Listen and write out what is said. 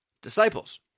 disciples